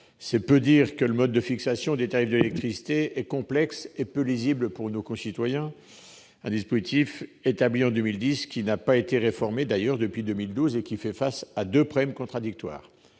C'est peu de dire que le mode de fixation des tarifs de l'électricité est complexe et peu lisible pour nos concitoyens. Le dispositif de l'Arenh, établi en 2010, n'a pas été réformé depuis 2012 et est confronté à deux problèmes contradictoires.